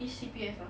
which C_P_F ah